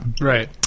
Right